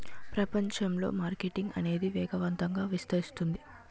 ప్రపంచంలో మార్కెటింగ్ అనేది వేగవంతంగా విస్తరిస్తుంది